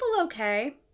okay